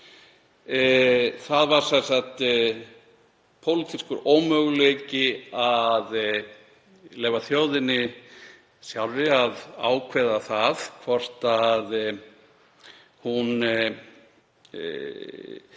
Það var sem sagt pólitískur ómöguleiki að leyfa þjóðinni sjálfri að ákveða hvort hún vildi